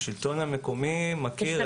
השלטון המקומי מכיר,